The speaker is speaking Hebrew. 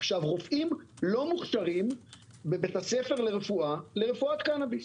כשהרופאים לא מוכשרים בבית הספר לרפואה לרפואת קנביס.